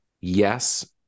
yes